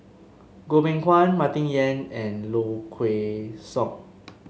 Goh Beng Kwan Martin Yan and Low Kway Song